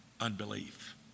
unbelief